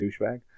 douchebag